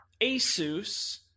Asus